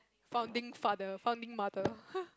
founding father founding mother [hur]